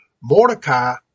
Mordecai